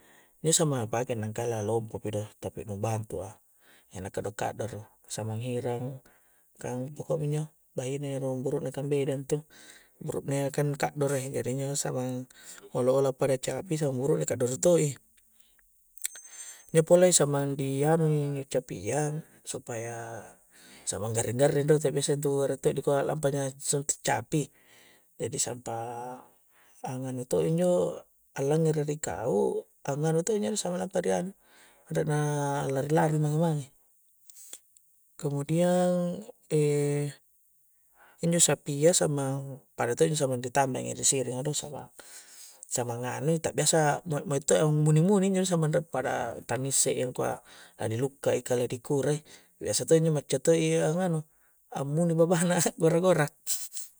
Nu' suang ni pakai nangkala nu lompo pi do', tapi nu bantu'a nia kaddo-kaddoro', kah sangangira kan pakua minjo', bahine rong buru'ne kan beda intu' bure'ne ya kan kaddoroki jadi injo na samang' olo-olo pada capi' sama umuru'na kaddoro' to'i ni pole samang' di anui' inni capi'a supaya samang' garring-garring do' tapi biasa intu anu arra' to to' di kua' lampa ni' sunti' capi' jadi sampang anganu to' injo allangeri' ri kau anganu to'i injo samang' lampa ri anu anre'na lari-lari mi mange-mange kemudiang e' injo sapia samang' pada to' ji injo samang' ri tambengi ri' sirina na dosa ba' samang' nganu'i ta'biasa moe'-moe' to'i ammuni-muni injo' samang re' pada ta ngisse'i kua', la nilukkai' kala' dikurei' biasa to' injo macca to'i iya nganu ammuni babana gora-gora